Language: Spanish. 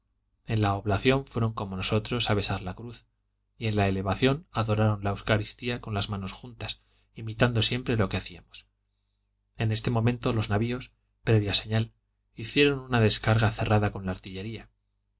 en la oblación fueron como nosotros a besar la cruz y en la elevación adoraron la eucaristía con las manos juntas imitando siempre lo que hacíamos en este momento los navios previa señal hicieron una descarga cerrada con la artillería